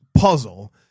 puzzle